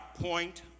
point